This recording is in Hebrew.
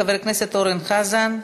חבר הכנסת אורן חזן.